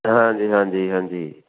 ਹਾਂਜੀ ਹਾਂਜੀ ਹਾਂਜੀ